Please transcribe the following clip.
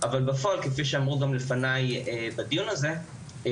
אבל בפועל כפי שאמרו גם לפני בדיון הזה,